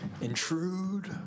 intrude